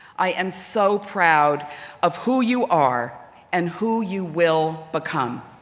i am so proud of who you are and who you will become.